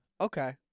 Okay